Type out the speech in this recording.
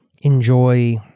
enjoy